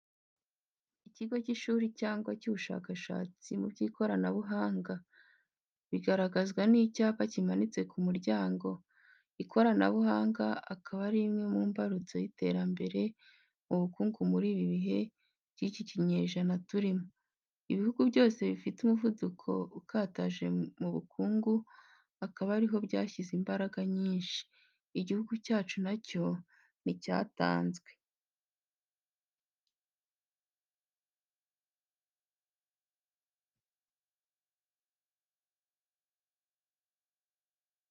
Ikigo cy'ishuri cyangwa cy'ubushakashatsi mu by'ikoranabuhanga. Biragaragazwa n'icyapa kimanitse ku muryango. Ikoranabuhanga akaba ari imwe mu mbarutso y'iterambere mu bukungu muri ibi bihe by'iki kinyejana turimo. Ibihugu byose bifite umuvuduko ukataje mu bukungu akaba ari ho byashyize imbaraga nyinshi. Igihugu cyacu na cyo nticyatanzwe.